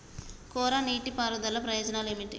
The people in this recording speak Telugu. కోరా నీటి పారుదల ప్రయోజనాలు ఏమిటి?